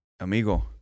Amigo